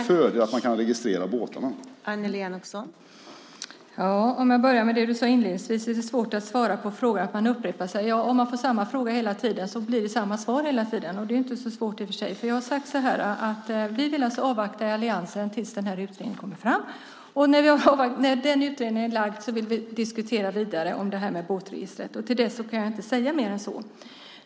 Fru talman! För att börja med det som Peter Pedersen sade inledningsvis om att upprepa sig vill jag säga att om man får samma fråga hela tiden blir det samma svar hela tiden. Jag har sagt att vi i alliansen vill avvakta tills utredningen kommer fram. När utredningen är framlagd vill vi diskutera vidare frågan om båtregistret. Till dess kan jag inte säga mer än så.